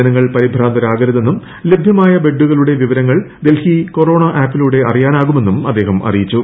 ജനങ്ങൾ പരിഭ്രാന്തരാകരുതെന്നും ലഭ്യമായ ബെഡുകളുടെ വിവരങ്ങൾ ഡൽഹി കൊറോണ ആപ്പിലൂടെ അറിയാനാകുമെന്നും അദ്ദേഹം അറിയിച്ചു